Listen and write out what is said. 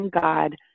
God